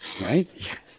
right